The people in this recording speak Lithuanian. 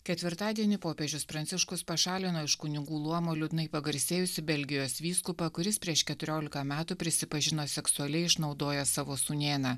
ketvirtadienį popiežius pranciškus pašalino iš kunigų luomo liūdnai pagarsėjusį belgijos vyskupą kuris prieš keturiolika metų prisipažino seksualiai išnaudojęs savo sūnėną